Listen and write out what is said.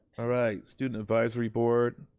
all right, student advisory board.